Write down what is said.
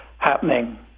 happening